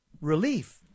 relief